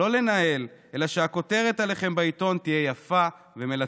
לא לנהל אלא שהכותרת עליכם בעיתון תהיה יפה ומלטפת.